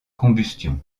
combustion